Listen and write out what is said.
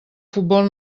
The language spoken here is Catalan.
futbol